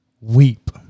weep